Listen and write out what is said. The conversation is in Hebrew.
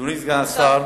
אדוני סגן השר,